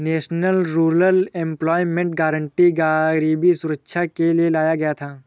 national rural employment guarantee गरीबी सुधारने के लिए लाया गया था